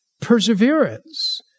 perseverance